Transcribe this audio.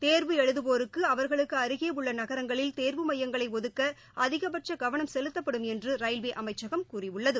தோ்வ எழுதுவோருக்குஅவா்களுக்குஅருகேஉள்ளநகரங்களில் தேர்வு மையங்களைஒதுக்க அதிகபட்சகவனம் செலுத்தப்படும் என்றுரயில்வே அமைச்சகம் கூறியுள்ளது